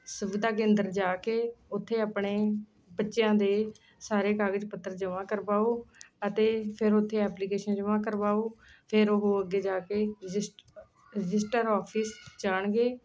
ਸੁਵਿਧਾ ਕੇਂਦਰ ਜਾ ਕੇ ਉੱਥੇ ਆਪਣੇ ਬੱਚਿਆਂ ਦੇ ਸਾਰੇ ਕਾਗਜ਼ ਪੱਤਰ ਜਮ੍ਹਾਂ ਕਰਵਾਓ ਅਤੇ ਫਿਰ ਉੱਥੇ ਐਪਲੀਕੈਸ਼ਨ ਜਮ੍ਹਾਂ ਕਰਵਾਓ ਫਿਰ ਉਹ ਅੱਗੇ ਜਾ ਕੇ ਰਜਿਸਟ ਰਜਿਸਟਰ ਆਫ਼ਿਸ ਜਾਣਗੇ